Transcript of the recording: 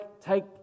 take